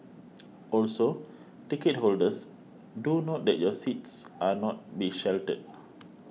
also ticket holders do note that your seats are not be sheltered